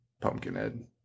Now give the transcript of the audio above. Pumpkinhead